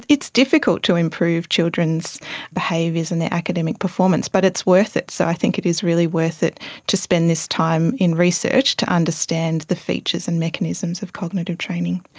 it's difficult to improve children's behaviours and their academic performance, but it's worth it. so i think it is really worth it to spend this time in research to understand the features and mechanisms of cognitive training.